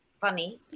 funny